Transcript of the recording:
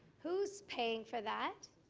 who is paying for that?